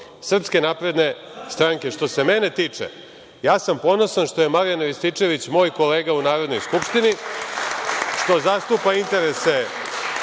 ikonom SNS. Što se mene tiče, ja sam ponosan što je Marijan Rističević, moj kolega u Narodnoj skupštini, što zastupa interese